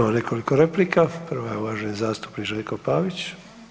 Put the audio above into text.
Imamo nekoliko replika, prva je uvaženi zastupnik Željko Pavić.